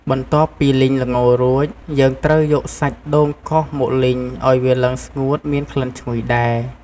បន្ទាប់ពីលីងល្ងរួច យើងត្រូវយកសាច់ដូងកោសមកលីងឱ្យវាឡើងស្ងួតមានក្លិនឈ្ងុយដែរ។